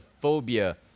phobia